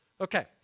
Okay